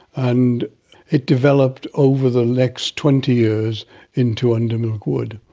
and it developed over the next twenty years into under milk wood.